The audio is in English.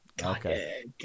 okay